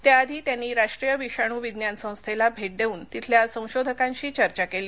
त्या आधी त्यांनी राष्ट्रीय विषाणू विज्ञान संस्थेला भेट देऊन तिथल्या संशोधकांशी चर्चा केली